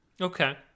Okay